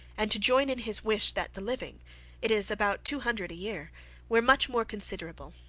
and to join in his wish that the living it is about two hundred a-year were much more considerable,